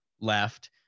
left